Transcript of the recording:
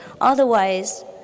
Otherwise